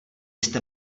jste